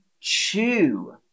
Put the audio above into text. chew